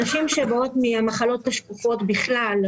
הנשים שבאות מהמחלות השקופות בכלל,